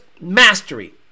mastery